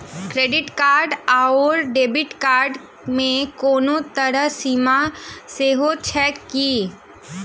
Credit card आओर debit card मे कोनो तरहक सीमा सेहो छैक की?